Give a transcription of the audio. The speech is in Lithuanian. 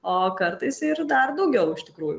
o kartais ir dar daugiau iš tikrųjų